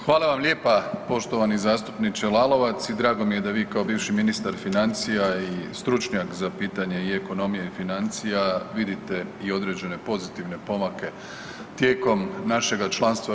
Hvala vam lijepa poštovani zastupniče Lalovac i drago mi je da vi kao bivši ministar financija i stručnjak za pitanje i ekonomije i financija vidite i određene pozitivne pomake tijekom našega članstva u EU.